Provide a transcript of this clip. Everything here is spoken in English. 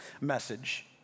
message